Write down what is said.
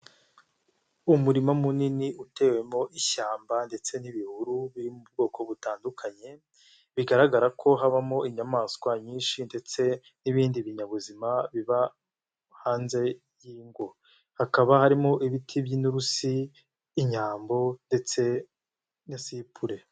Umurima munini utewemo ishyamba ndetse n'ibihuru biri mu bwoko butandukanye, bigaragara ko habamo inyamaswa nyinshi ndetse n'ibindi binyabuzima biba hanze y'ingo. Hakaba harimo ibiti by'inturusi, inyambo ndetse na sipure.